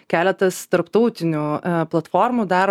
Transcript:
keletas tarptautinių platformų dar